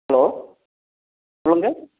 hello சொல்லுங்கள்